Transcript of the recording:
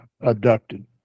abducted